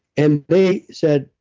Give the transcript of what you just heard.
and they said,